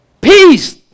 Peace